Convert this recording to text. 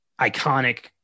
iconic